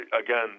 again